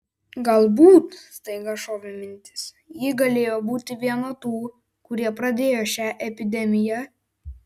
galbūt staiga šovė mintis ji galėjo būti viena tų kurie pradėjo šią epidemiją